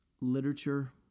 literature